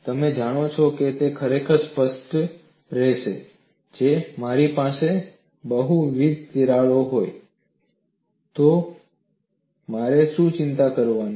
તમે જાણો છો કે તે ખરેખર સ્પષ્ટ કરશે જો મારી પાસે બહુવિધ તિરાડો હોય તો મારે શું ચિંતા કરવાની છે